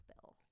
bill